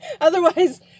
Otherwise